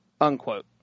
unquote